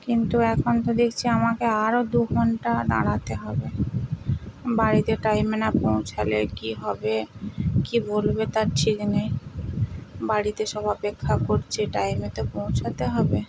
কিন্তু এখন তো দেখছি আমাকে আরও দু ঘন্টা দাঁড়াতে হবে বাড়িতে টাইমে না পৌঁছালে কি হবে কি বলবে তার ঠিক নেই বাড়িতে সব অপেক্ষা করছে টাইমে তো পৌঁছাতে হবে